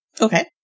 Okay